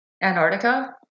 Antarctica